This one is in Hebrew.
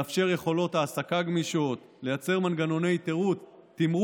לאפשר יכולות העסקה גמישות, לייצר מנגנוני תמרוץ